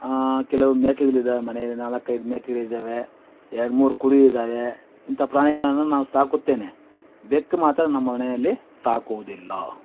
ಕೆಲವು ಮೇಕೆಗಳಿದ್ದಾವೆ ಮನೆಯಲ್ಲಿ ನಾಲಕ್ಕೈದು ಮೇಕೆಗಳಿದ್ದಾವೆ ಎರಡು ಮೂರು ಕುರಿ ಇದ್ದಾವೆ ಇಂಥ ಪ್ರಾಣಿಗಳನ್ನು ನಾನು ಸಾಕುತ್ತೇನೆ ಬೆಕ್ಕು ಮಾತ್ರ ನಮ್ಮ ಮನೆಯಲ್ಲಿ ಸಾಕುವುದಿಲ್ಲ